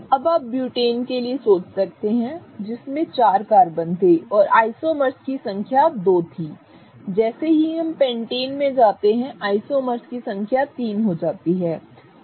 अब आप ब्यूटेन के लिए सोच सकते हैं जिसमें चार कार्बन थे और आइसोमर्स की संख्या दो थी जैसे ही हम पेंटेन में जाते हैं आइसोमर्स की संख्या तीन हो जाती है